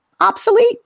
obsolete